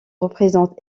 représente